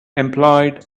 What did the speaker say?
employed